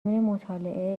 مطالعه